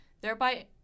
Thereby